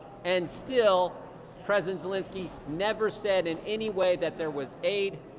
and still president zelensky never said in any way that there was aid,